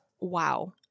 wow